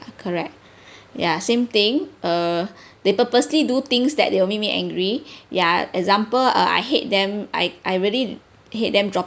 correct ya same thing uh they purposely do things that they will make me angry ya example uh I hate them I I really hate them dropping